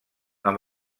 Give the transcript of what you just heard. amb